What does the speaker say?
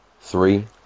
three